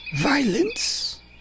violence